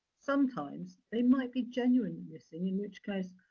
sometimes, they might be genuinely missing. in which case,